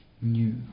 new